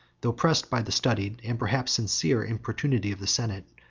though pressed by the studied, and, perhaps, sincere importunity of the senate,